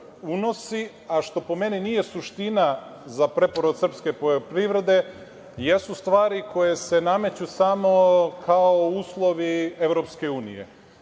a što po meni nije suština za preporod srpske poljoprivrede, jesu stvari koje se nameću samo kao uslovi EU. Znači,